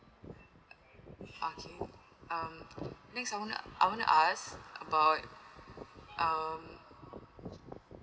okay um next I want I want to ask about um